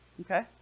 Okay